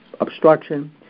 obstruction